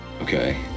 okay